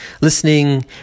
listening